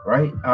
Right